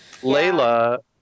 Layla